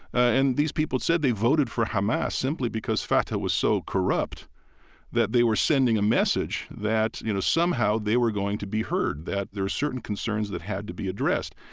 and these people said they voted for hamas simply because fatah was so corrupt that they were sending a message that, you know, somehow, they were going to be heard, that there were certain concerns that had to be addressed.